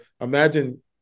imagine